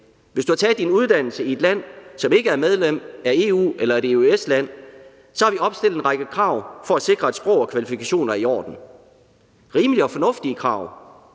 Hvis du har taget din uddannelse i et land, som ikke er medlem af EU eller ikke er et EØS-land, skal du opfylde en række krav, som vi har opstillet for at sikre, at sprog og kvalifikationer er i orden – rimelige og fornuftige krav.